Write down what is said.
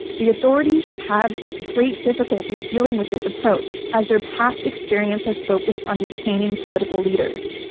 the authorities have great difficulty dealing with this approach, as their past experience has focused on detaining political leaders.